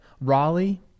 Raleigh